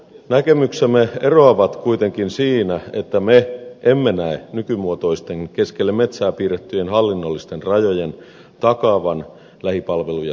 näkemyksemme eroavat kuitenkin siinä että me emme näe nykymuotoisten keskelle metsää piirrettyjen hallinnollisten rajojen takaavan lähipalveluja sivukylillä